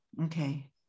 Okay